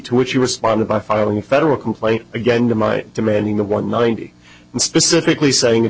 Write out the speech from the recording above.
you responded by filing federal complaint again to my demanding the one ninety and specifically saying